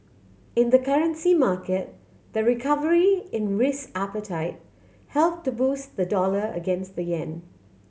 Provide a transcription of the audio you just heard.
in the currency market the recovery in risk appetite helped to boost the dollar against the yen